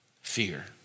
fear